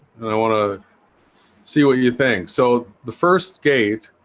and i want to see what you think. so the first gate